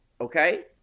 okay